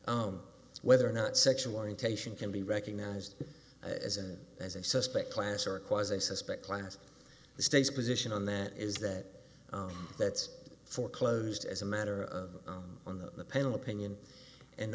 of whether or not sexual orientation can be recognized as a as a suspect class or a cause i suspect class the state's position on that is that that's foreclosed as a matter of on the panel opinion and